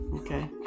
Okay